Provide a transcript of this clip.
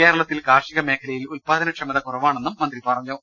കേരളത്തിൽ കാർഷിക മേഖലയിൽ ഉത്പാദനക്ഷമത കുറവാ ണെന്നും മന്ത്രി പറഞ്ഞു